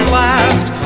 last